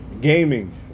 gaming